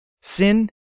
Sin